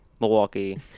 milwaukee